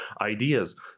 ideas